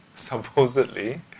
supposedly